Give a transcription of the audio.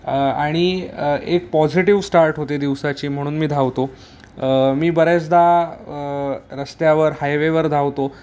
आणि एक positive start होते दिवसाची म्हणून मी धावतो मी बऱ्याचदा रस्त्यावर हायवेवर धावतो